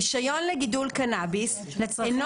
רישיון לגידול קנאביס לצרכים רפואיים אינו